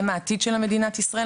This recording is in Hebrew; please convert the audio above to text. הם העתיד של מדינת ישראל,